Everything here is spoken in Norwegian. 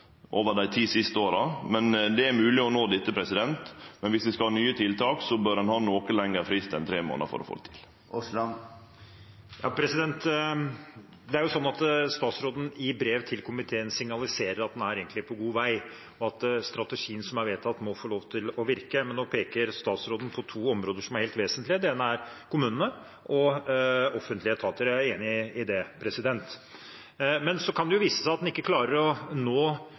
over dei ti siste åra. Det er mogleg å nå dette målet, men viss vi skal ha nye tiltak, bør ein ha noko lengre frist enn tre månadar for å få det til. I brev til komiteen signaliserer statsråden at han egentlig er på god vei, og at strategien som er vedtatt, må få lov til å virke. Men nå peker statsråden på to områder som er helt vesentlige. Det ene er kommunene og offentlige etater. Jeg er enig i det. Men så kan det jo vise seg at en ikke klarer å nå